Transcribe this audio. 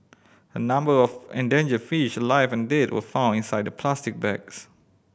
a number of endangered fish alive and dead were found inside the plastic bags